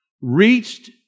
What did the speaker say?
reached